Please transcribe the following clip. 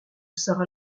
sara